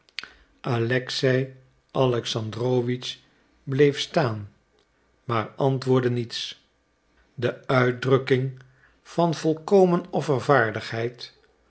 alexei alexandrowitsch bleef staan maar antwoordde niets de uitdrukking van volkomen offervaardigheid